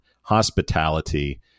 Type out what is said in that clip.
hospitality